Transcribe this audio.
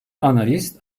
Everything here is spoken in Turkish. analist